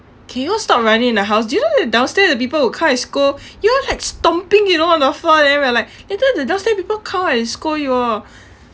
can you all stop running in the house do you know that the downstairs the people will come and scold you all like stomping you know on the floor and then we are like later the downstairs people come up and scold you all